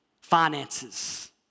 finances